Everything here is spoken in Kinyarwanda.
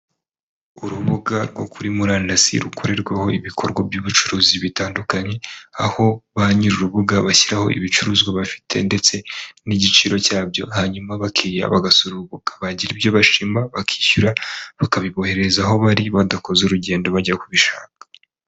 Urubuga rwo kuri murandasi rukorerwaho ibikorwa by'ubucuruzi bitandukanye, aho ba nyir'urubuga bashyiraho ibicuruzwa bafite ndetse n'igiciro cyabyo, hanyuma abakiriya bagasuka urubuga, bagira ibyo bashima bakishyura bakabibohereza aho bari badakoze urugendo bajya kubishaka.